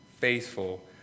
faithful